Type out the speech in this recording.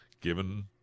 given